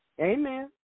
Amen